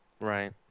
Right